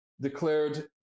declared